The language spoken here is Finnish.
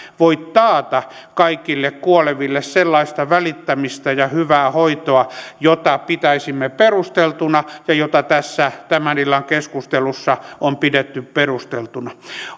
voi taata kaikille kuoleville sellaista välittämistä ja hyvää hoitoa jota pitäisimme perusteltuna ja jota tässä tämän illan keskustelussa on pidetty perusteltuna